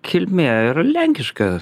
kilmė yra lenkiška